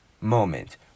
moment